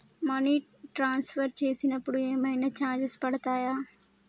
Money transfer చేసినప్పుడు ఏమైనా charges పడతయా?